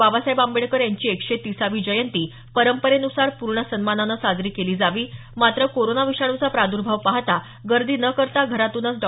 बाबासाहेब आंबेडकर यांची एकशे तिसावी जयंती परंपरेनुसार पूर्ण सन्मानानं साजरी केली जावी मात्र कोरोना विषाणूचा प्रादूर्भाव पाहता गर्दी न करता घरातूनच डॉ